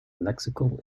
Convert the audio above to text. lexical